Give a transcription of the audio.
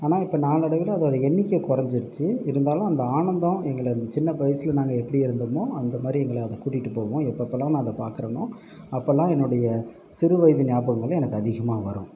ஆனால் இப்போ நாளடைவில் அதோடய எண்ணிக்கை குறஞ்சிருச்சி இருந்தாலும் அந்த ஆனந்தம் எங்களை அந்த சின்ன வயசில் நாங்கள் எப்படி இருந்தோமோ அந்தமாதிரி எங்களை அது கூட்டிகிட்டு போகும் எப்போப்பலாம் நாங்கள் பார்க்குறோமோ அப்போலாம் என்னோடைய சிறு வயது நியாபகங்கள் எனக்கு அதிகமாக வரும்